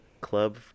club